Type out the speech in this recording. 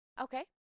Okay